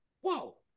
whoa